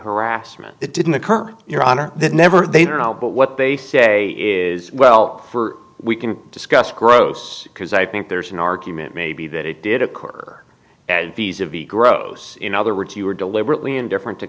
harassment that didn't occur your honor that never they are now but what they say is well for we can discuss gross because i think there's an argument maybe that it did occur piece of the gross in other words you were deliberately indifferent to